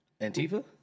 Antifa